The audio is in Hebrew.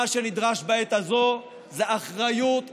מה שנדרש בעת הזו זו אחריות,